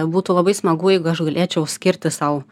būtų labai smagu jeigu aš galėčiau skirti sau